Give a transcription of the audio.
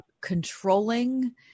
controlling